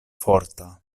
forta